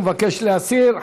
הוא מבקש להסיר.